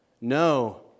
no